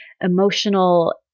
emotional